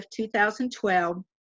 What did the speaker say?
2012